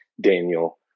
Daniel